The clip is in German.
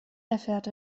erfährt